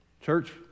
Church